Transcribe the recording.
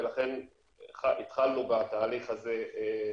לכן התחלנו בתהליך הזה,